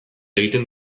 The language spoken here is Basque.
egiten